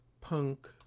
punk